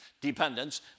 Dependence